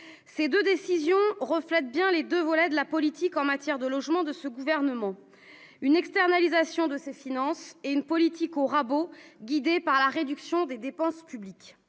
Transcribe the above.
Ces deux décisions reflètent bien les deux volets de la politique du logement de ce gouvernement : une externalisation de ses financements et une politique au rabot guidée par l'objectif de réduire les dépenses publiques.